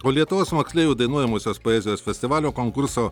o lietuvos moksleivių dainuojamosios poezijos festivalio konkurso